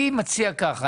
אני מציע ככה,